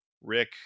Rick